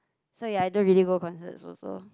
so ya I don't really go concerts also